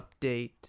update